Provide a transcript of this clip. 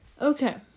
Okay